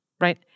right